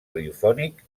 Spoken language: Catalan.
radiofònic